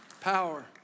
power